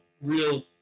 real